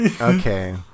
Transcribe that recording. Okay